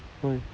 why